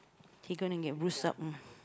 he gonna get bruise up uh